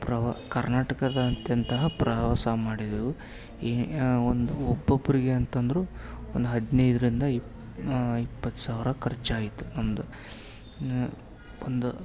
ಪ್ರವ ಕರ್ನಾಟಕದಾದ್ಯಂತಹ ಪ್ರವಾಸ ಮಾಡಿದೆವು ಈ ಒಂದು ಒಬ್ಬೊಬ್ಬರಿಗೆ ಅಂತಂದರೂ ಒಂದು ಹದಿನೈದರಿಂದ ಇಪ್ಪತ್ತು ಸಾವಿರ ಖರ್ಚಾಯ್ತು ನಮ್ಮದು ನ ಒಂದು